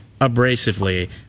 abrasively